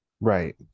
Right